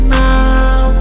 now